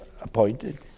appointed